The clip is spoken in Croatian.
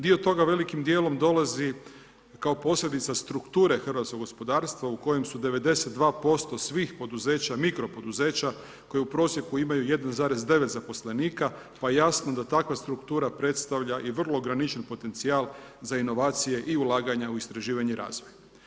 Dio toga velikim djelom dolazi kao posljedica strukture hrvatskog gospodarstva u kojem su 92% svih poduzeća mikro poduzeća koji u prosjeku imaju 1,9 zaposlenika pa jasno da takva struktura predstavlja i vrlo ograničen potencijal za inovacije i ulaganja u istraživanje i razvoj.